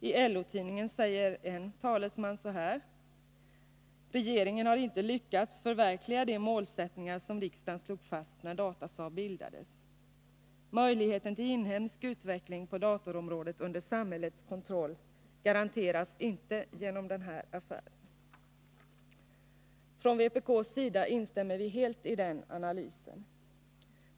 I LO-tidningen säger en talesman: ”Regeringen har inte lyckats förverkliga de målsättningar som riksdagen slog fast när Datasaab bildades. Möjligheten till inhemsk utveckling på datorområdet under samhällets kontroll garanteras inte genom den här affären.” Från vpk:s sida instämmer vi helt i den analysen.